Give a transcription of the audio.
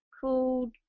called